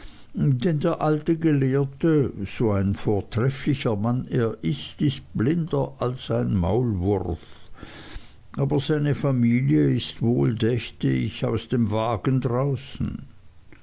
der alte gelehrte so ein vortrefflicher mann er ist ist blinder als ein maulwurf aber seine familie ist wohl dächte ich aus dem wagen draußen